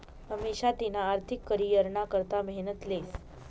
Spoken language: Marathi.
अमिषा तिना आर्थिक करीयरना करता मेहनत लेस